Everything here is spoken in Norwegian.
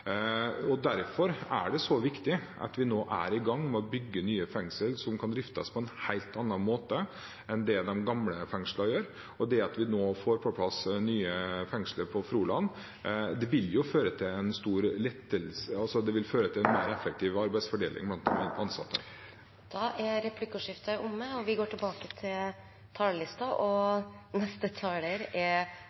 Derfor er det viktig at vi nå er i gang med å bygge ny fengsler, som kan driftes på en helt annen måte enn de gamle fengslene. At vi nå får på plass nye fengsler i Froland, vil føre til en mer effektiv arbeidsfordeling blant de ansatte. Replikkordskiftet er omme. De talere som heretter får ordet, har en taletid på inntil 3 minutter. Vi har fått en veldig viktig rapport fra Sivilombudsmannen – takk for den! Det er